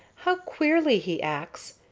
how queerly he acts,